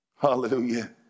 hallelujah